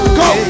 go